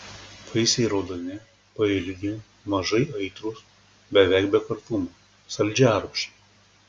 vaisiai raudoni pailgi mažai aitrūs beveik be kartumo saldžiarūgščiai